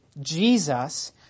Jesus